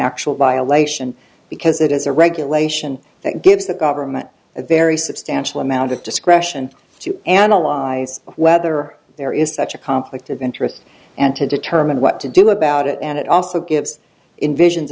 actual violation because it is a regulation that gives the government a very substantial amount of discretion to analyze whether there is such a conflict of interest and to determine what to do about it and it also gives in visions